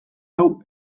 hau